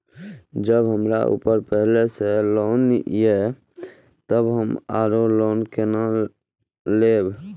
जब हमरा ऊपर पहले से लोन ये तब हम आरो लोन केना लैब?